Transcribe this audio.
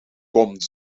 komt